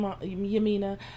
Yamina